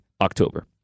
October